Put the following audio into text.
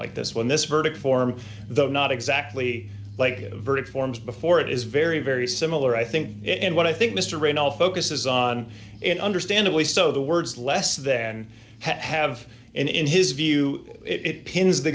like this one this verdict form the not exactly like a verdict forms before it is very very similar i think it and what i think mr rain all focuses on and understandably so the words less than have in his view it pins the